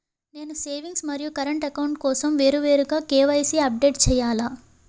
నేను సేవింగ్స్ మరియు current account కోసం వేరువేరుగా కే.వై.సీ అప్డేట్ చేయాలా?